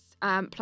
Plus